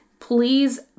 Please